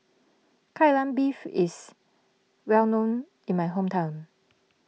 Kai Lan Beef is well known in my hometown